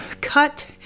cut